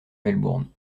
melbourne